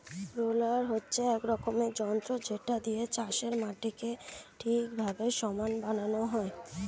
roller হচ্ছে এক রকমের যন্ত্র যেটা দিয়ে চাষের মাটিকে ঠিকভাবে সমান বানানো হয়